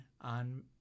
on